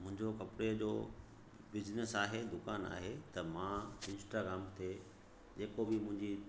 मुंहिंजो कपिड़े जो बिज़निस आहे दुकानु आहे त मां इंस्टाग्राम ते जेको बि मुंहिंजी